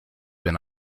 been